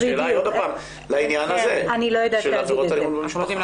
השאלה היא לעניין הזה של עבירות אלימות במשפחה.